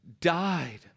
died